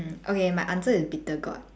okay my answer is bitter gourd